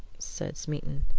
said smeaton.